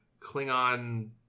Klingon